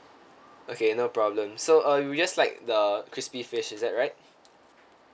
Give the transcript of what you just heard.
okay no problem so uh you'll just like the crispy fish is that right